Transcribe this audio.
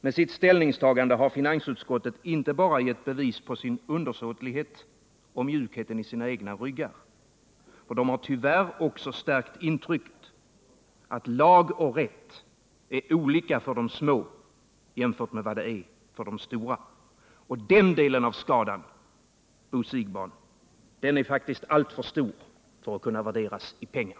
Med sitt ställningstagande har finansutskottets ledamöter inte bara gett bevis på sin undersåtlighet och på mjukhet i sina egna ryggar. De har tyvärr också stärkt intrycket att lag och rätt är olika för de små och de stora. Den delen av skadan, Bo Siegbahn, är faktiskt alltför stor för att kunna värderas i pengar.